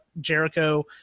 Jericho